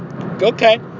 Okay